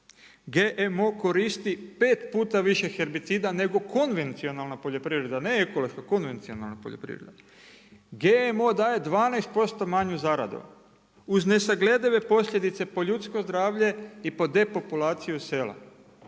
GMO koristi pet puta više herbicida nego konvencionalna poljoprivreda, ne ekološka, konvencionalna poljoprivreda. GMO daje 12% manju zaradu uz nesagledive posljedice po ljudsko zdravlje i po depopulaciju sela.